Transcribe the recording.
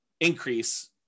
increase